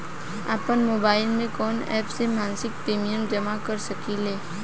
आपनमोबाइल में कवन एप से मासिक प्रिमियम जमा कर सकिले?